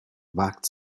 wagt